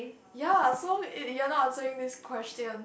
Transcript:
ya so you're not answering this question